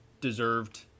deserved